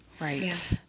right